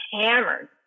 hammered